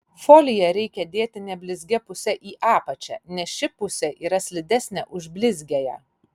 foliją reikia dėti neblizgia puse į apačią nes ši pusė yra slidesnė už blizgiąją